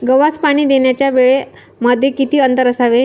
गव्हास पाणी देण्याच्या वेळांमध्ये किती अंतर असावे?